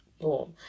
Boom